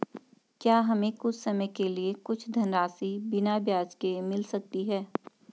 क्या हमें कुछ समय के लिए कुछ धनराशि बिना ब्याज के मिल सकती है?